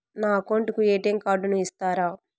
నా అకౌంట్ కు ఎ.టి.ఎం కార్డును ఇస్తారా